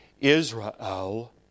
Israel